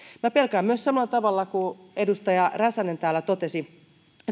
minä pelkään myös samalla tavalla kuin edustaja räsänen täällä totesi